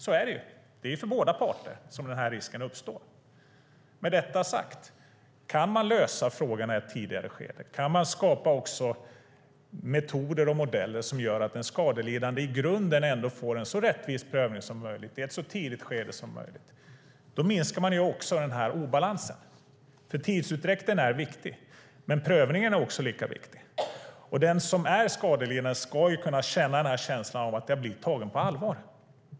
Så är det ju; det är för båda parter risken uppstår. Med detta sagt: Kan man lösa frågan i ett tidigare skede - kan man skapa metoder och modeller som gör att den skadelidande i grunden får en så rättvis prövning som möjligt i ett så tidigt skede som möjligt - minskar man också obalansen. Tidsutdräkten är nämligen viktig, men prövningen är lika viktig. Den som är skadelidande ska kunna känna att den har blivit tagen på allvar.